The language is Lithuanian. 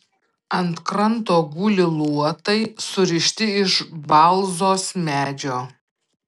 ant kranto guli luotai surišti iš balzos medžio